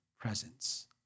presence